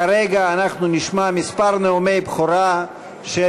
כרגע אנחנו נשמע כמה נאומי בכורה של